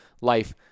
life